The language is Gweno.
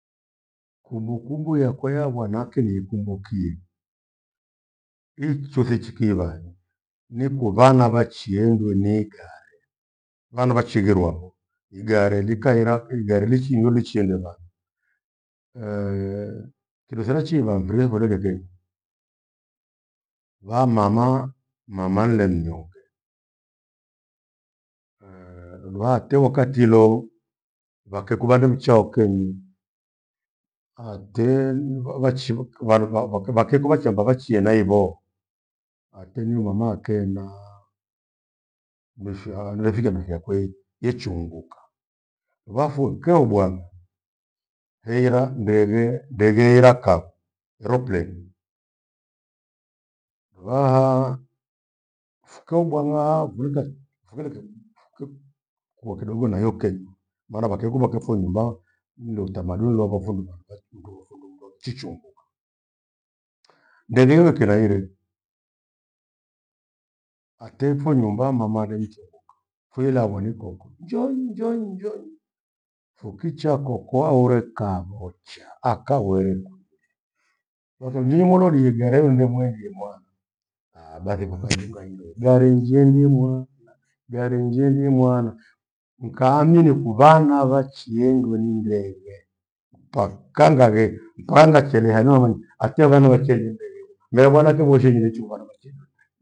Kumbukumbu yakwa ya vanake niikumbukie. Icho sechiki vaayi niku vana vachiedwe niigare, vana vachigherwaho igare likahera igare lichinyo lichiendera. Kindothi nachiivange dreva kuredengenyi va mama, mama nile mnyonghe luate wakatilo phakekuphande mchaho kenyi, ateeh vachikha vandu vaka vakegho vachamba vachie na ivoo ateni umama akenaa mwisho aha neothigha misha kweli yechunguka. Vafu kyeobwana heghira mbeghe ndeghe ira kavu airplane. Luvaha fukeho bwag'a vuringa ingi fukire venyu kik- kuwa kidogo na io keghi maana vakieko vakiepho nyumba mnde utamaduni luakofo nyumbani mndu wafumbundua kichumbukha. Ndeghe we kira ire atempho nyumba mama are mchevukha. Foila agwenikhokho njoonyii, njoonyii, njoonyii, fukicha koko aure khavochaa akhaugherikwa thatha mimi moro nilighare iende muenjie moa aah bathi fukaininga iyo ghari njiendie moa, ghari njiendia moa nkaamini kuvana vana vachiendwe nindeghe mpaka nghageka, mpaka nkachelea hanyu haundike hakia vana vachienengwa urirwe mira vana kemushi nirechuva navakiburi.